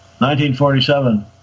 1947